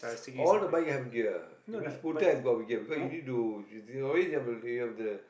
all the bike have gear even scooter has got gear because you need to always have you have the